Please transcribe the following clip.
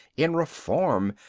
in reform,